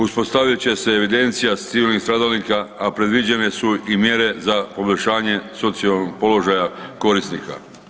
Uspostavit će se evidencija civilnih stradalnika, a predviđene su i mjere za poboljšanje socijalnog položaja korisnika.